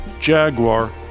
Jaguar